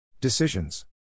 Decisions